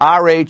RH